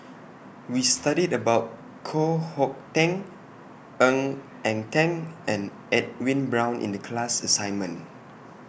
We studied about Koh Hong Teng Ng Eng Teng and Edwin Brown in The class assignment